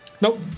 Nope